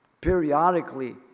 Periodically